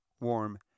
warm